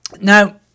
Now